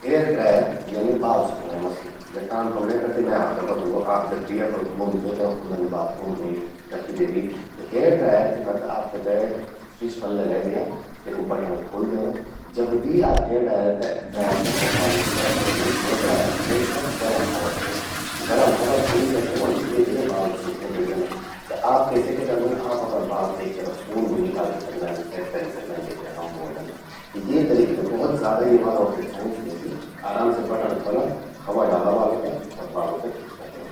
Hair dryer यानि बाल सुखौंणे मशीन। या काम कमण्ये करदि मैं आपते बतौंदू। आप जबभि अपणु मुन ध्वे ते ऊंदन बाथरूम बे, कखि के भी। त हेयर ड्रायरक्या करद, आप तेते स्विच पर लगे द्या, तेकु बटण ख्वोल द्यावा। जब भी आप हेयर ड्रायर ते ड्रायर ते अपणा बालों की तरफ लगौंदन त हेयर ड्रायर हमेशा गरम हवा छ्वेड्द। गरम हवा छ्वोड़ि ते क्या ह्वोंद बाल धीरे-धीरे सूखण बैठ जंदन। त आप तेसे क्या करदन आप अपरा बाल एक तरफ सूंन भी निकाली सकदन, सेट करी सकदन जेते हम ब्लोदन। त ये तरीका से, भौत ज्यादा येमा रॉकेट साइंस नी चि। आराम से बटण ख्वोला, हवा डाला बालूं पर अर बालूं ते ठक करि द्यावा।